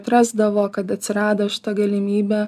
atrasdavo kad atsirado šita galimybė